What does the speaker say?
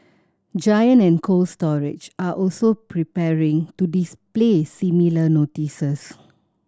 Giant and Cold Storage are also preparing to display similar notices